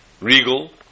regal